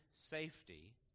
safety